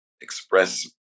express